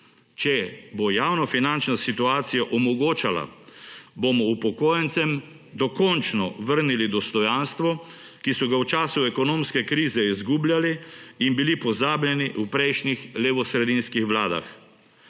Če bo javnofinančna situacija omogočala, bomo upokojencem dokončno vrnili dostojanstvo, ki so ga v času ekonomske krize izgubljali, ki so bili pozabljeni v prejšnjih levosredinskih vladah.